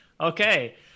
Okay